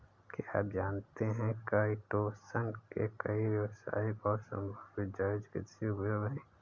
क्या आप जानते है काइटोसन के कई व्यावसायिक और संभावित जैव चिकित्सीय उपयोग हैं?